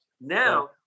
now